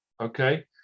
okay